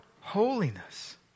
holiness